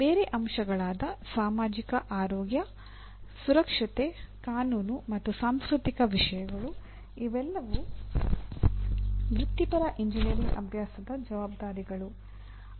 ಬೇರೆ ಅಂಶಗಳಾದ ಸಾಮಾಜಿಕ ಆರೋಗ್ಯ ಸುರಕ್ಷತೆ ಕಾನೂನು ಮತ್ತು ಸಾಂಸ್ಕೃತಿಕ ವಿಷಯಗಳು ಇವೆಲ್ಲವೂ ವೃತ್ತಿಪರ ಎಂಜಿನಿಯರಿಂಗ್ ಅಭ್ಯಾಸದ ಜವಾಬ್ದಾರಿಗಳು